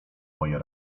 moje